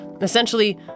Essentially